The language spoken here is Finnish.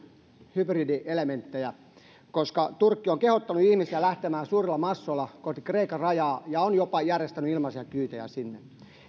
hybridielementtejä koska turkki on kehottanut ihmisiä lähtemään suurilla massoilla kohti kreikan rajaa ja on jopa järjestänyt ilmaisia kyytejä sinne